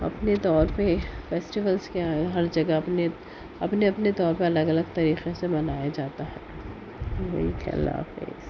اپنے طور پہ فیسٹیولز کیا ہر جگہ اپنے اپنے اپنے طور پر الگ الگ طریقے سے منایا جاتا ہے ایک ہے اللہ حافظ